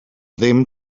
ddim